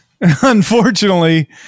unfortunately